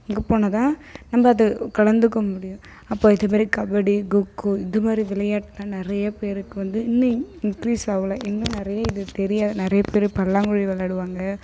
இங்கு போனால் தான் நம்ம அது கலந்துக்க முடியும் அப்போ இது மாதிரி கபடி கொக்கோ இது மாதிரி விளையாடலாம் நிறைய பேருக்கு வந்து இன்னும் இன்கிரீஸ் ஆகல இன்னும் நிறைய இது தெரியா நிறைய பேர் பல்லாங்குழி விளையாடுவாங்க